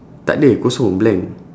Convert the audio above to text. tak ada kosong blank